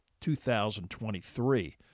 2023